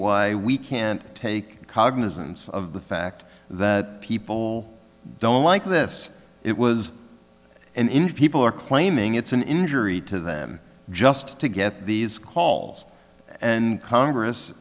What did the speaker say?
why we can't take cognizance of the fact that people don't like this it was an inch people are claiming it's an injury to them just to get these calls and congress